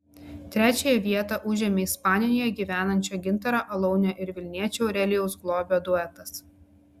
trečiąją vietą užėmė ispanijoje gyvenančio gintaro alaunio ir vilniečio aurelijaus globio duetas